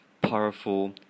powerful